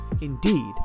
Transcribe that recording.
Indeed